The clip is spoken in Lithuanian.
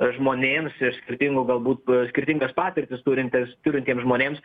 žmonėms iš skirtingų galbūt skirtingas patirtis turintys turintiems žmonėms